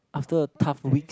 after a tough week